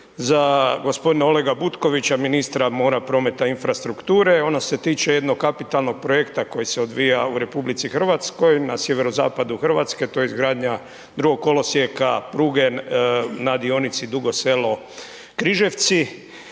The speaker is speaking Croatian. za gospodina Olega Butkovića, ministra mora, prometa i infrastrukture. Ono se tiče jednog kapitalnog projekta koji se odvija u RH na sjeverozapadu Hrvatske to je izgradnja drugog kolosijeka pruge na dionici Dugo Selo – Križevci.